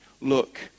look